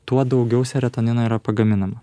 tuo daugiau serotonino yra pagaminama